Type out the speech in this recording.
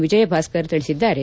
ವಿಜಯಭಾಸ್ತರ ತಿಳಿಸಿದ್ದಾರೆ